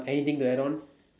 anything to add on